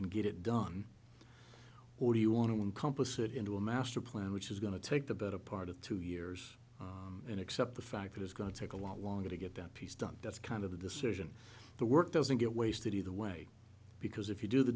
and get it done or do you want to encompass it into a master plan which is going to take the better part of two years and accept the fact that it's going to take a lot longer to get that piece done that's kind of the decision the work doesn't get wasted either way because if you do the